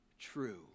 true